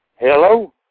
Hello